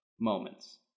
moments